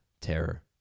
terror